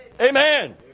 Amen